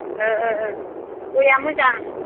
ओ ओ ओ गयआ मोजां